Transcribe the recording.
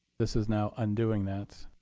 this is now undoing that,